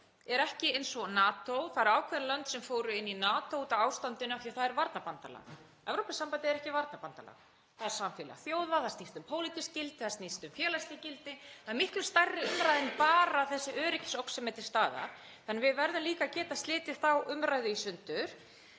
er ekki eins og NATO, það eru ákveðin lönd sem fóru inn í NATO út af ástandinu af því það er varnarbandalag. Evrópusambandið er ekki varnarbandalag, það er samfélag þjóða, það snýst um pólitísk gildi, það snýst um félagsleg gildi. Það er miklu stærri umræða en bara þessi öryggisógn sem er til staðar. Við verðum líka að geta slitið þá umræðu í sundur.